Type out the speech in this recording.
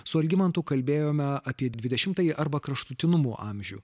su algimantu kalbėjome apie dvidešimtąjį arba kraštutinumų amžių